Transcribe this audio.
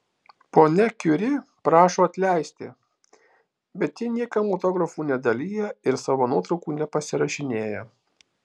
ponia kiuri prašo atleisti bet ji niekam autografų nedalija ir savo nuotraukų nepasirašinėja